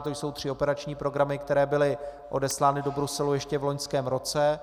To jsou tři operační programy, které byly odeslány do Bruselu ještě v loňském roce.